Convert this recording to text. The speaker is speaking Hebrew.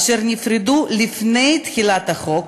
אשר נפרדו לפני תחילת החוק,